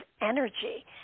energy